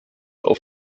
auf